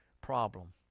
problem